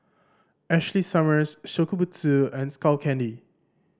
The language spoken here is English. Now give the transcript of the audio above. Ashley Summers Shokubutsu and Skull Candy